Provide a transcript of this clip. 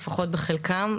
לפחות בחלקם,